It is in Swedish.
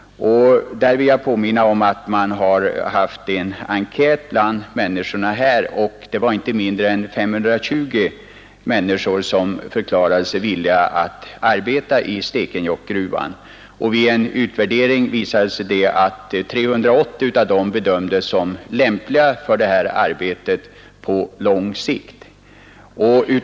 Jag vill påminna om att man har gjort en enkät bland människorna där uppe, och inte mindre än 520 förklarade sig villiga att arbeta i Stekenjokkgruvan. Vid en utvärdering visade det sig att 380 av dessa bedömdes som lämpliga för detta arbete på lång sikt.